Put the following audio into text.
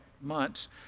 months